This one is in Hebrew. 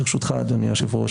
ברשותך אדוני היושב-ראש,